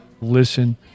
listen